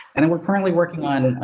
and then we're currently working on.